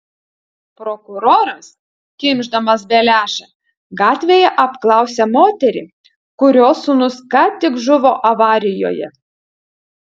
prokuroras kimšdamas beliašą gatvėje apklausia moterį kurios sūnus ką tik žuvo avarijoje